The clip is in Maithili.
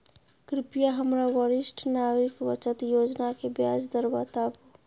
कृपया हमरा वरिष्ठ नागरिक बचत योजना के ब्याज दर बताबू